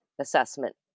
assessment